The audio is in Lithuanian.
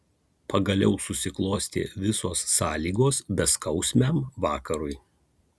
pagaliau susiklostė visos sąlygos beskausmiam vakarui